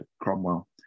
Cromwell